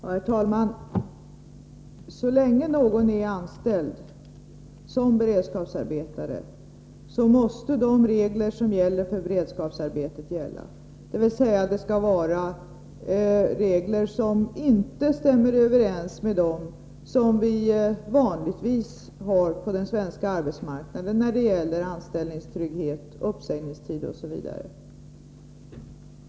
Herr talman! Så länge någon är anställd som beredskapsarbetare, måste reglerna för beredskapsarbetet gälla — regler som inte stämmer överens med dem som vi vanligtvis har på den svenska arbetsmarknaden när det är fråga om anställningstrygghet, uppsägningstid osv.